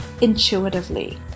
intuitively